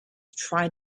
tried